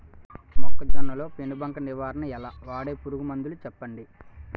మొక్కజొన్న లో పెను బంక నివారణ ఎలా? వాడే పురుగు మందులు చెప్పండి?